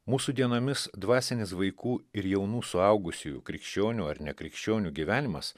mūsų dienomis dvasinis vaikų ir jaunų suaugusiųjų krikščionių ar ne krikščionių gyvenimas